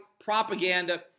propaganda